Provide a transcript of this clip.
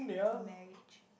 the marriage